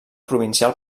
provincial